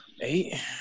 Eight